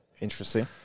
Interesting